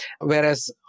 Whereas